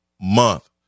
month